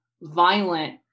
violent